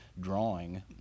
drawing